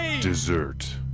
Dessert